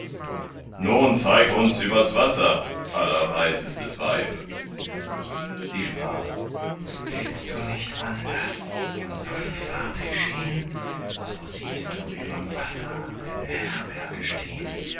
nun zeig uns übers wasser allerweisestes weib sie sprach willst du nicht anders und soll die fahrt geschehn so siehst du überm wasser eine herberge stehn